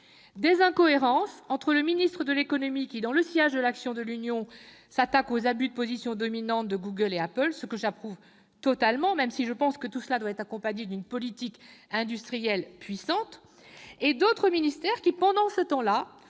Des incohérences entre le ministre de l'économie, qui, dans le sillage de l'action de l'Union, s'attaque aux abus de position dominante de Google et d'Apple- ce que j'approuve totalement, même si je pense que tout cela doit être accompagné d'une politique industrielle puissante -, et d'autres ministères, lesquels, pendant ce temps-là,